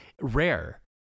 rare